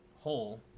hole